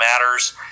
matters